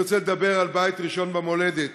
אני רוצה לדבר על "בית ראשון במולדת".